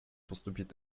поступить